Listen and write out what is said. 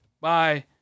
Bye